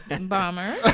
Bomber